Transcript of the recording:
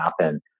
happen